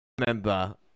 Remember